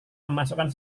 memasukkan